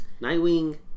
Nightwing